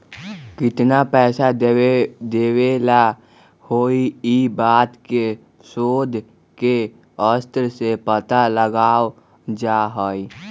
कितना पैसा देवे ला हई ई बात के शोद के स्तर से पता लगावल जा हई